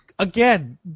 Again